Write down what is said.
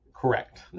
Correct